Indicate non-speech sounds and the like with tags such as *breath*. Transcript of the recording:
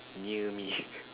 near me *breath*